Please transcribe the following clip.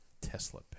Tesla